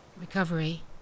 Recovery